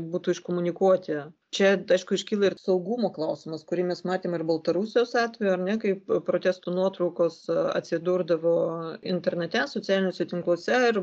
būtų iškomunikuoti čia aišku iškyla ir saugumo klausimas kurį mes matėme ir baltarusijos atveju ar ne kaip protestų nuotraukos atsidurdavo internete socialiniuose tinkluose ir